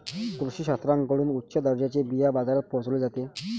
कृषी शास्त्रज्ञांकडून उच्च दर्जाचे बिया बाजारात पोहोचवले जाते